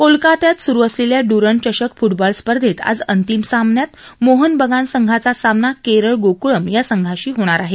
कोलकात्यात स्रु असलेल्या इरंड चषक फ्टबॉल स्पर्धेत आज अंतिम सामन्यात मोहन बगान संघाचा सामना केरळ गोक्ळाम संघाशी होणार आहे